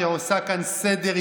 שעושה כאן סדר,